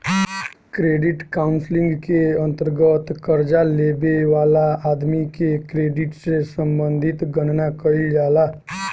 credit counselling के अंतर्गत कर्जा लेबे वाला आदमी के क्रेडिट से संबंधित गणना कईल जाला